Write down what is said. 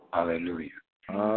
Hallelujah